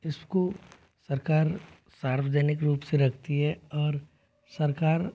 इसको सरकार सार्वजनिक रूप से रखती है और सरकार